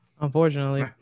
unfortunately